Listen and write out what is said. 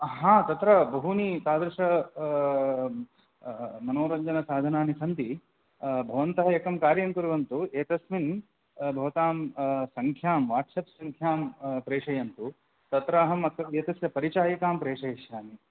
हा तत्र बहूनि तादृशमनोरञ्जनसाधनानि सन्ति भवन्तः एकं कार्यं कुर्वन्तु एतस्मिन् भवतां संङ्ख्यां वाट्सप् संङ्ख्यां प्रेषयन्तु तत्र अहम् एतस्य परिचिकां प्रेषयिष्यामि